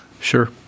sure